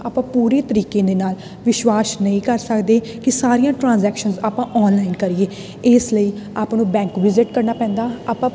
ਆਪਾਂ ਪੂਰੀ ਤਰੀਕੇ ਦੇ ਨਾਲ ਵਿਸ਼ਵਾਸ ਨਹੀਂ ਕਰ ਸਕਦੇ ਕਿ ਸਾਰੀਆਂ ਟਰਾਂਜੈਕਸ਼ਨ ਆਪਾਂ ਔਨਲਾਈਨ ਕਰੀਏ ਇਸ ਲਈ ਆਪਾਂ ਨੂੰ ਬੈਂਕ ਵਿਜਿਟ ਕਰਨਾ ਪੈਂਦਾ ਆਪਾਂ